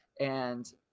And-